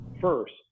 first